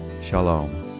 Shalom